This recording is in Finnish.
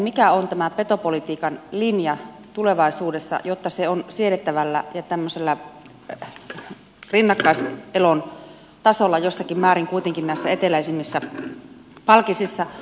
mikä on tämä petopolitiikan linja tulevaisuudessa jotta se on siedettävällä ja tämmöisellä rinnakkaiselon tasolla jossakin määrin kuitenkin näissä eteläisimmissä palkisissa